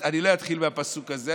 אני לא אתחיל מהפסוק הזה.